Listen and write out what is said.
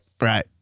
right